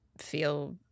feel